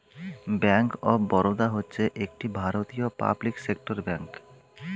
bank of Baroda হচ্ছে একটি ভারতীয় পাবলিক সেক্টর ব্যাঙ্ক